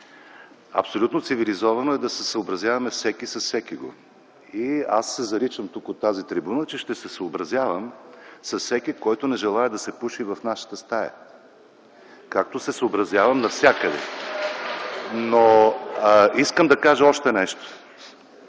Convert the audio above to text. абсолютно цивилизовано е всеки да се съобразява с всекиго! Аз се заричам тук, от тази трибуна, че ще се съобразявам с всеки, който не желае да се пуши в нашата стая, както се съобразявам навсякъде. (Ръкопляскания.) Искам да кажа още нещо.